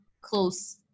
close